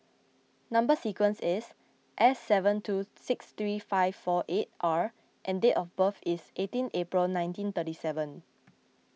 Number Sequence is S seven two six thirty five four eight R and date of birth is eighteen April nineteen thirty seven